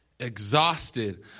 exhausted